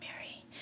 Mary